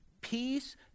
Peace